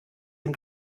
ihm